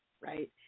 Right